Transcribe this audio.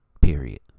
Period